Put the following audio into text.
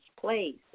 place